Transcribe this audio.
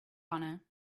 honor